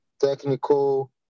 technical